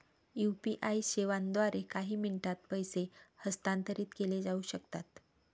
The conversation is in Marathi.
यू.पी.आई सेवांद्वारे काही मिनिटांत पैसे हस्तांतरित केले जाऊ शकतात